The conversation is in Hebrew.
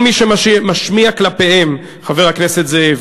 כל מי שמשמיע כלפיהם" חבר הכנסת זאב,